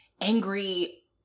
angry